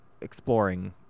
exploring